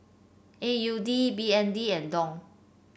A U D B N D and Dong